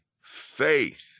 faith